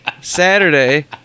Saturday